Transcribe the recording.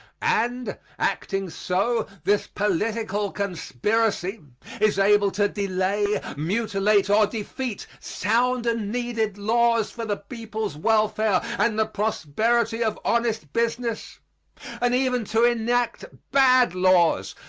and, acting so, this political conspiracy is able to delay, mutilate or defeat sound and needed laws for the people's welfare and the prosperity of honest business and even to enact bad laws,